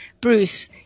Bruce